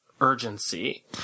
urgency